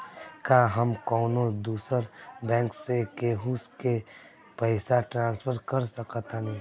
का हम कौनो दूसर बैंक से केहू के पैसा ट्रांसफर कर सकतानी?